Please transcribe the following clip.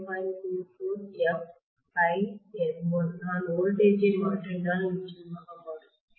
44fφN1 நான் வோல்டேஜ் ஐ மாற்றினால் நிச்சயமாக மாறும்